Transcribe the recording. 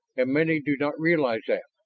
and many do not realize that.